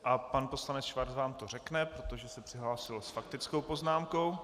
A pan poslanec Schwarz vám to řekne, protože se přihlásil s faktickou poznámkou.